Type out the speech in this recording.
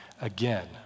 again